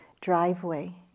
driveway